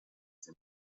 sind